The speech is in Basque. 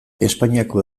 espainiako